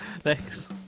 Thanks